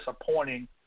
disappointing